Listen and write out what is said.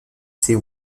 ses